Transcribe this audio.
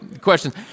questions